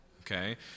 okay